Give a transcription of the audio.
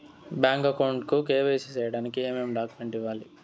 Bank account కు KYC సేయడానికి ఏమేమి డాక్యుమెంట్ ఇవ్వాలి?